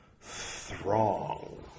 throng